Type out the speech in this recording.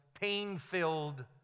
pain-filled